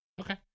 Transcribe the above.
Okay